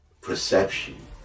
perception